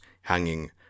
hanging